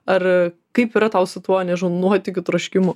ar kaip yra tau su tuo nežinau nuotykių troškimu